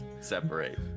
separate